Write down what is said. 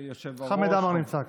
חמד עמאר נמצא כאן.